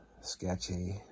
sketchy